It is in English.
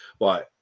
Right